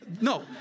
No